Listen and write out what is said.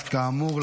אז כאמור,